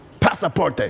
pasaporte,